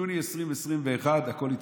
יוני 2021, הכול התהפך.